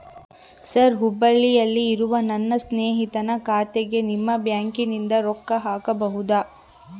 Sir ಹುಬ್ಬಳ್ಳಿಯಲ್ಲಿ ಇರುವ ನನ್ನ ಸ್ನೇಹಿತನ ಖಾತೆಗೆ ನಿಮ್ಮ ಬ್ಯಾಂಕಿನಿಂದ ರೊಕ್ಕ ಹಾಕಬಹುದಾ?